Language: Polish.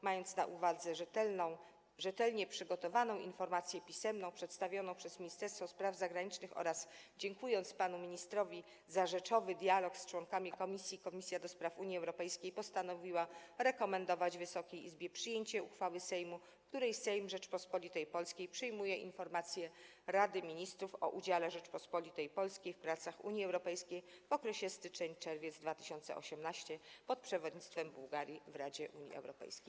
Mając na uwadze rzetelnie przygotowaną informację pisemną przedstawioną przez Ministerstwo Spraw Zagranicznych oraz dziękując panu ministrowi za rzeczowy dialog z członkami komisji, Komisja do Spraw Unii Europejskiej postanowiła rekomendować Wysokiej Izbie przyjęcie uchwały Sejmu, w której Sejm Rzeczypospolitej Polskiej przyjmuje informację Rady Ministrów o udziale Rzeczypospolitej Polskiej w pracach Unii Europejskiej w okresie styczeń-czerwiec 2018 r. podczas przewodnictwa Bułgarii w Radzie Unii Europejskiej.